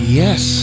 yes